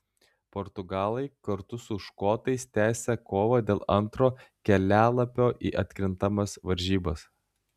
portugalai kartu su škotais tęsią kovą dėl antro kelialapio į atkrintamas varžybas